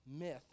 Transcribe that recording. myth